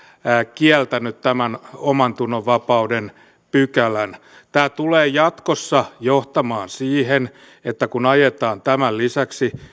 kieltäneet tämän omantunnonvapauden pykälän tämä tulee jatkossa johtamaan siihen että kun ajetaan tämän lisäksi